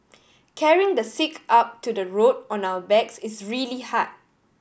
carrying the sick up to the road on our backs is really hard